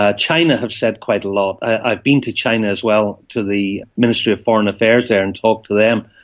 ah china have said quite a lot. i've been to china as well, to the ministry of foreign affairs there and talked to them,